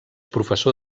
professor